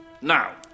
now